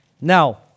Now